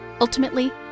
Ultimately